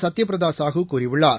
சத்யபிரதா சாஹூ கூறியுள்ளார்